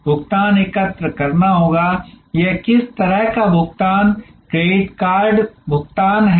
भुगतान एकत्र करना होगा यह किस तरह का भुगतान क्रेडिट कार्ड भुगतान है